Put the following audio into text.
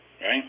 right